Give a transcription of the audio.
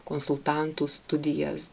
konsultantų studijas